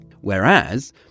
Whereas